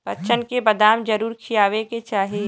बच्चन के बदाम जरूर खियावे के चाही